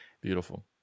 Beautiful